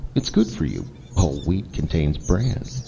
it's good for you whole wheat contains bran.